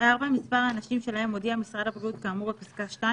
מספר האנשים שלהם הודיע משרד הבריאות כאמור בפסקה (2),